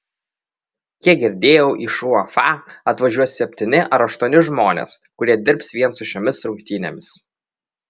kiek girdėjau iš uefa atvažiuos septyni ar aštuoni žmonės kurie dirbs vien su šiomis rungtynėmis